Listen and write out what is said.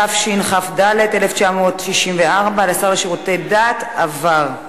התשכ"ד 1964, לשר לשירותי דת, עברה.